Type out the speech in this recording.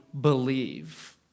believe